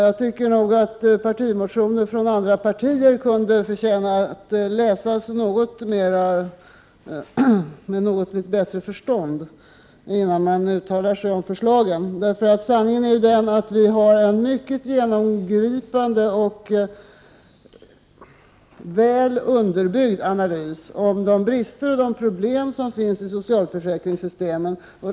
Jag tycker att partimotioner från andra partier kunde förtjäna att läsas med något bättre förstånd, innan man uttalar sig om förslagen. Sanningen är att vi har en mycket genomgripande och väl underbyggd analys av de brister och problem som finns i socialförsäkringssystemen.